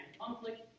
conflict